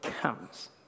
comes